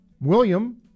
William